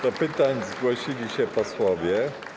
Do pytań zgłosili się posłowie.